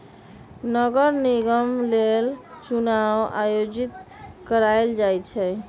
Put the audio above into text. नगर निगम लेल चुनाओ आयोजित करायल जाइ छइ